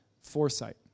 Foresight